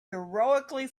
heroically